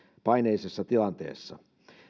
paineisessa tilanteessa